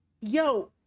yo